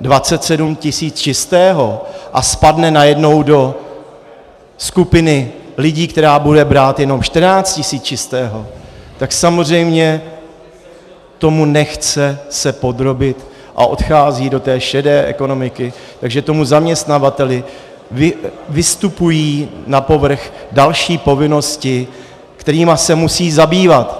27 tisíc čistého a spadne najednou do skupiny lidí, která bude brát jenom 14 tisíc čistého, tak samozřejmě se tomu nechce podrobit a odchází do šedé ekonomiky, takže zaměstnavateli vystupují na povrch další povinnosti, kterými se musí zabývat.